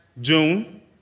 June